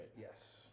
Yes